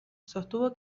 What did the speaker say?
sostuvo